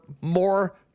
more